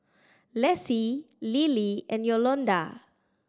Lessie Lilie and Yolonda